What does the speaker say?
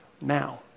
now